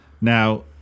now